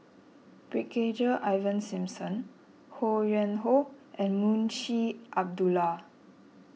Brigadier Ivan Simson Ho Yuen Hoe and Munshi Abdullah